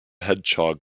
hedgehog